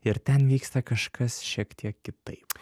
ir ten vyksta kažkas šiek tiek kitaip